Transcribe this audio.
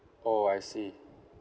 oh I see